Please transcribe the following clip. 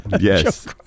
Yes